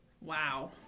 Wow